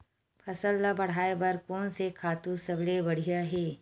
फसल ला बढ़ाए बर कोन से खातु सबले बढ़िया हे?